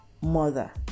mother